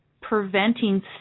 preventing